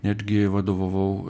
netgi vadovavau